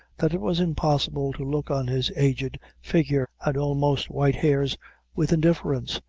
that it was impossible to look on his aged figure and almost white hairs with indifference,